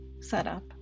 setup